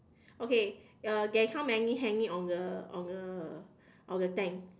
okay uh there's how many hanging on the on the on the tank